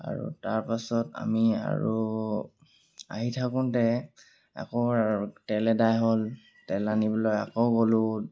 আৰু তাৰপাছত আমি আৰু আহি থাকোঁতে আকৌ তেল এদায় হ'ল তেল আনিবলৈ আকৌ গ'লোঁ